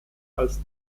als